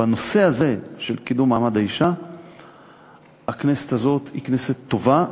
בנושא הזה של קידום מעמד האישה הכנסת הזאת היא כנסת טובה,